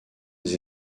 des